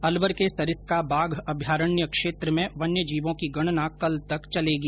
अलवर के सरिस्का बाघ अभयारण्य क्षेत्र में वन्यजीवों की गणना कल तक चलेगी